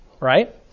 right